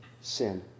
sin